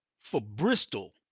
for bristol,